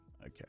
okay